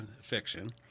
fiction